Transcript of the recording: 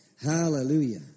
Hallelujah